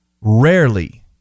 rarely